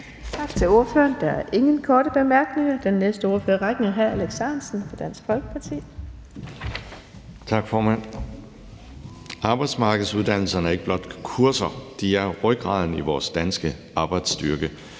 Tak til ordføreren. Der er ingen korte bemærkninger. Den næste ordfører i rækken er hr. Alex Ahrendtsen, Dansk Folkeparti. Kl. 10:00 (Ordfører) Alex Ahrendtsen (DF): Tak, formand. Arbejdsmarkedsuddannelserne er ikke blot kurser. De er rygraden i vores danske arbejdsstyrke.